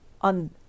on